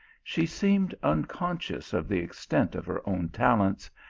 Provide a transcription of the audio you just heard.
she seemed un conscious of the extent of her own talents,